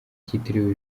cyitiriwe